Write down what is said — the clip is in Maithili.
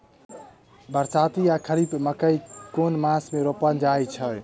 बरसाती वा खरीफ मकई केँ मास मे रोपल जाय छैय?